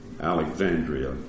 Alexandria